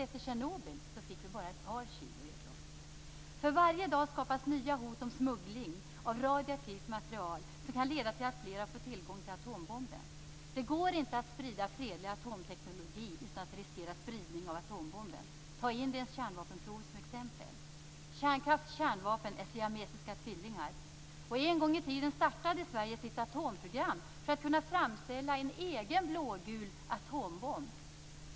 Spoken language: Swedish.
Efter Tjernobyl fick vi bara ett par kilo över oss. För varje dag skapas nya hot om smuggling av radioaktivt material, som kan leda till att flera får tillgång till atombomben. Det går inte att sprida fredlig atomteknologi utan att riskera spridning av atombomben. Ta Indiens kärnvapenprov som exempel! Kärnkraft och kärnvapen är siamesiska tvillingar. En gång i tiden startade Sverige sitt atomprogram för att kunna framställa en egen blågul atombomb.